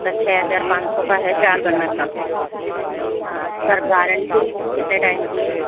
sir छः हजार पाँच सौ का है चार बर्नर का हाँ सर गारंटी कितने टाइम की है